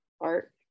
art